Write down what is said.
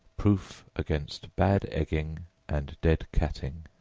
proof against bad-egging and dead-catting.